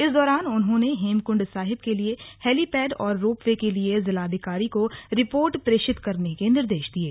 इस दौरान उन्होंने हेमकृण्ड साहिब के लिए हैलीपैड और रोपवे के लिये जिलाधिकारी को रिपोर्ट प्रेषित करने के निर्देश दिये